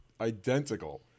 identical